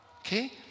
Okay